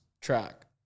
track